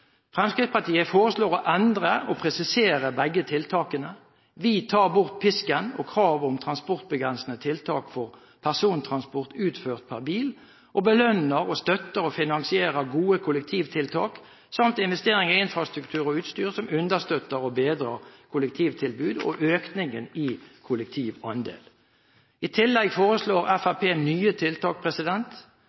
Fremskrittspartiet foreslår å endre og presisere begge tiltakene: Vi tar bort pisken og krav om transportbegrensende tiltak for persontransport utført per bil. Vi belønner, støtter og finansierer gode kollektivtiltak samt investeringer i infrastruktur og utstyr som understøtter et bedre kollektivtilbud, og som gir en økning i kollektivandelen. I tillegg foreslår Fremskrittspartiet nye tiltak.